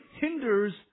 hinders